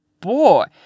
boy